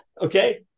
Okay